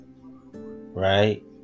Right